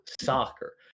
soccer